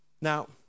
Now